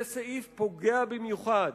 זה סעיף פוגע במיוחד